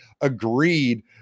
agreed